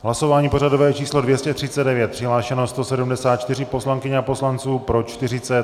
V hlasování pořadové číslo 239 přihlášeni 174 poslankyně a poslanci, pro 40 .